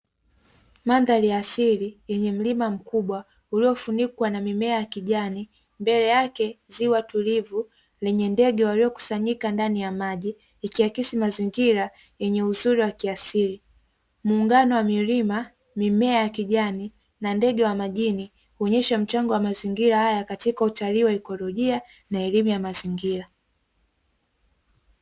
Mandhari asili yenye mlima mkubwa uliofunikwa na mimea ya kijani, mbele yake ziwa tulivu, lenye ndege waliokusanyika ndani ya maji ikihakisi mazingira yenye uzuri wa kiasili. Muungano wa milima, mimea ya kijani na ndege wa majini, kuonyesha mchango wa mazingira haya katika utalii wa ikolojia, na elimu ya mazingira.